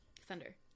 Thunder